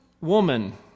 woman